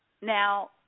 Now